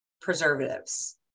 preservatives